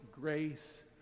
grace